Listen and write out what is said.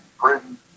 Britain